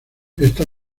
esta